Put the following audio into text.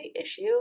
issue